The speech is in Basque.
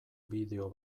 bideo